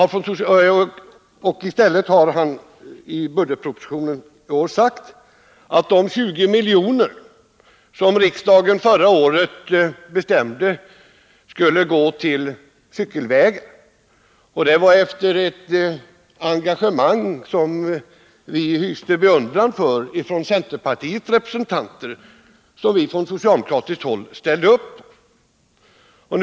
Riksdagen bestämde förra året att 20 milj.kr. skulle gå till cykelvägar. Det skedde efter ett engagemang från centerpartiets representanter, ett engagemang som vi på socialdemokratiskt håll hyste beundran för och ställde upp bakom.